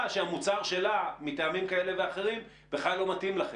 שהמוצר שלה מטעמים כאלה ואחרים בכלל לא מתאים לכך.